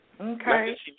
okay